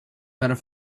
better